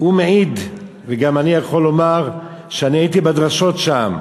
הוא מעיד, וגם אני, שהייתי בדרשות שם,